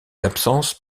absences